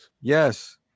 Yes